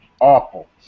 awful